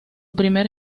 primer